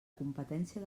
competència